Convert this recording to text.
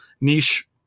niche